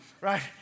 Right